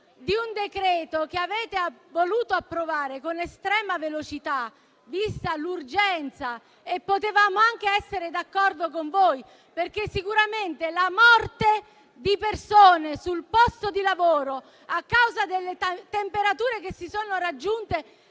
di un decreto-legge che avete voluto approvare con estrema velocità, vista l'urgenza. Potevamo anche essere d'accordo con voi perché sicuramente la morte di persone sul posto di lavoro a causa delle temperature che si sono raggiunte